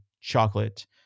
chocolate